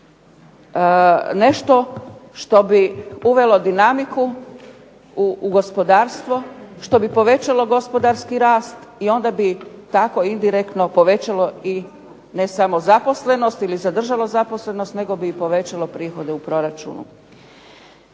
nešto što bi uvelo dinamiku u gospodarstvo, što bi povećalo gospodarski rast i onda bi tako indirektno povećalo i ne samo zaposlenost, ili zadržalo zaposlenost, nego bi i povećalo prihode u proračunu.